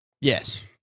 Yes